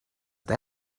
they